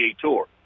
Tour